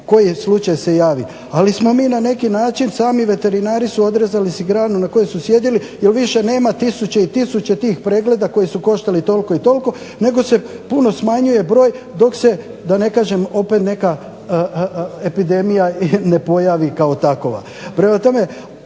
koji slučaj se javi, ali smo mi na neki način, sami veterinari su odrezali si granu na kojoj su sjedili jer više nema tisuće i tisuće tih pregleda koji su koštali toliko i toliko, nego se puno smanjuje broj dok se da ne kažem opet neka epidemija ne pojavi kao takova.